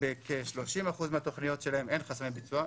שכב-30% מהתוכניות שלהם אין חסמי ביצוע.